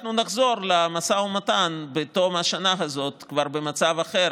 אנחנו נחזור למשא ומתן בתום השנה הזאת כבר במצב אחר,